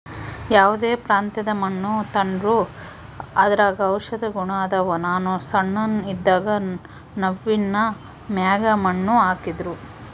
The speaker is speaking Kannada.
ಯಾವ್ದೇ ಪ್ರಾಂತ್ಯದ ಮಣ್ಣು ತಾಂಡ್ರೂ ಅದರಾಗ ಔಷದ ಗುಣ ಅದಾವ, ನಾನು ಸಣ್ಣೋನ್ ಇದ್ದಾಗ ನವ್ವಿನ ಮ್ಯಾಗ ಮಣ್ಣು ಹಾಕ್ತಿದ್ರು